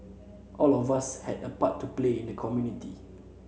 all of us have a part to play in the community